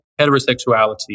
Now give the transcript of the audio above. heterosexuality